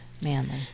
manly